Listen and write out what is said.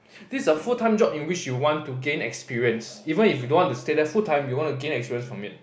this a full-time job in which you want to gain experience even if you don't want to stay there full-time you want to gain experience from it